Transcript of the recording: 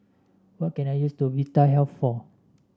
what can I use to Vitahealth for